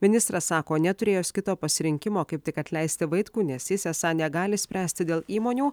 ministras sako neturėjęs kito pasirinkimo kaip tik atleisti vaitkų nes jis esą negali spręsti dėl įmonių